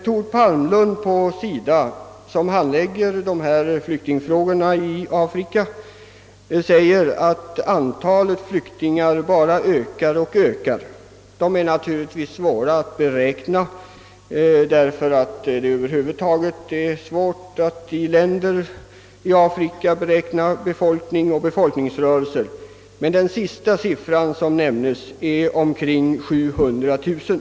Tord Palmlund på SIDA, som handlägger flyktingfrågorna i Afrika, säger att antalet flyktingar bara ökar och ökar, Antalet är svårt att beräkna, eftersom det i Afrika över huvud taget är svårt att räkna befolkningen och bedöma befolkningsrörelsen. Men den siffra som senast nämnts ligger på omkring 700 000.